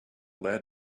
lead